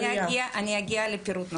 רגע, אני אגיע לפירוט נוסף.